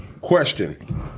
Question